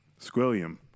Squilliam